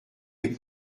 des